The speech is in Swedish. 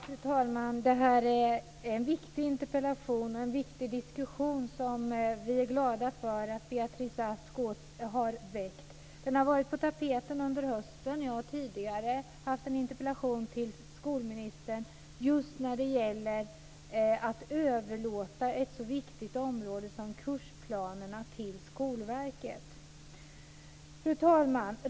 Fru talman! Det här är en viktig interpellation och en viktig diskussion som vi är glada för att Beatrice Ask har väckt. Den har varit på tapeten under hösten. Jag har tidigare haft en interpellation till skolministern just när det gäller att överlåta ett så viktigt område som kursplanerna till Skolverket. Fru talman!